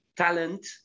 Talent